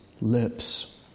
lips